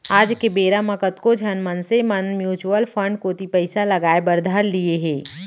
आज के बेरा म कतको झन मनसे मन म्युचुअल फंड कोती पइसा लगाय बर धर लिये हें